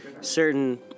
certain